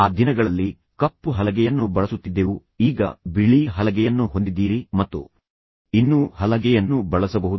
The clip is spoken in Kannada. ಆ ದಿನಗಳಲ್ಲಿ ಕಪ್ಪು ಹಲಗೆಯನ್ನು ಬಳಸುತ್ತಿದ್ದೆವು ಈಗ ಬಿಳಿ ಹಲಗೆಯನ್ನು ಹೊಂದಿದ್ದೀರಿ ಮತ್ತು ಇನ್ನೂ ಹಲಗೆಯನ್ನು ಬಳಸಬಹುದು